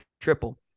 triple